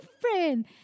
friend